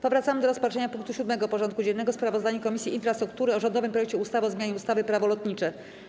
Powracamy do rozpatrzenia punktu 7. porządku dziennego: Sprawozdanie Komisji Infrastruktury o rządowym projekcie ustawy o zmianie ustawy - Prawo lotnicze.